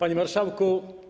Panie Marszałku!